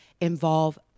involve